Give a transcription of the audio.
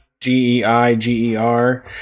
g-e-i-g-e-r